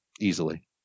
Easily